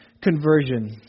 conversion